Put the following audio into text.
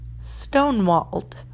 stonewalled